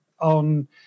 on